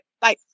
bye